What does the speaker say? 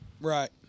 Right